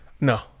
no